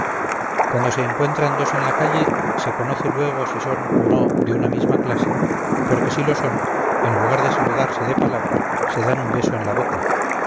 cuando se encuentran dos en la calle se conoce luego si son o no de una misma clase porque si lo son en lugar de saludarse de palabra se dan un beso en la boca